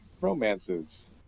Romances